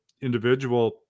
individual